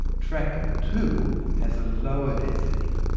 track two has a lower density,